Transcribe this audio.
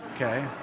Okay